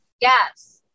yes